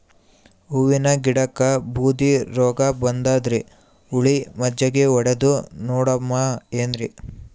ಹೂವಿನ ಗಿಡಕ್ಕ ಬೂದಿ ರೋಗಬಂದದರಿ, ಹುಳಿ ಮಜ್ಜಗಿ ಹೊಡದು ನೋಡಮ ಏನ್ರೀ?